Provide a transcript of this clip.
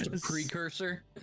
Precursor